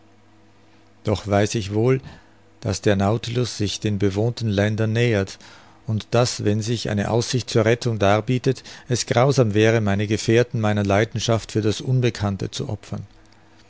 doch weiß ich wohl daß der nautilus sich den bewohnten ländern nähert und daß wenn sich eine aussicht zur rettung darbietet es grausam wäre meine gefährten meiner leidenschaft für das unbekannte zu opfern